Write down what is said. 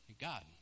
God